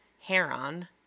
heron